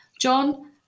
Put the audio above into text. John